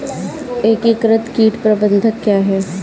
एकीकृत कीट प्रबंधन क्या है?